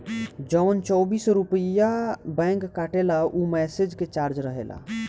जवन चौबीस रुपइया बैंक काटेला ऊ मैसेज के चार्ज रहेला